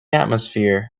atmosphere